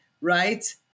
right